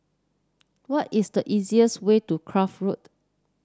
what is the easiest way to Kloof Road